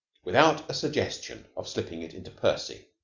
without a suggestion of slipping it into percy.